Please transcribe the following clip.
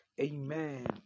Amen